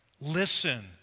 listen